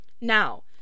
Now